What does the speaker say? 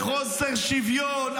לחוסר שוויון,